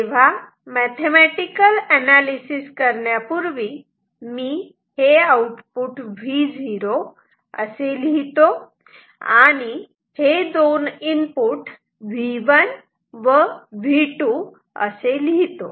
तेव्हा mathematical analysis करण्यापूर्वी मी हे आउटपुट Vo असे लिहितो आणि हे दोन इनपुट V1 व V2 असे लिहितो